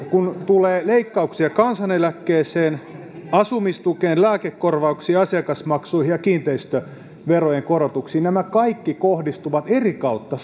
kun tulee leikkauksia kansaneläkkeeseen asumistukeen lääkekorvauksiin ja asiakasmaksujen ja kiinteistöverojen korotuksia ja nämä kaikki kohdistuvat eri kautta